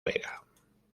vega